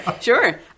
Sure